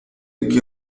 aquí